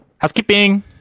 Housekeeping